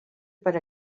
per